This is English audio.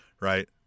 Right